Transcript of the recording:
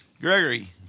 Gregory